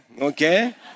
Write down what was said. okay